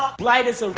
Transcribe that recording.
um blight is a.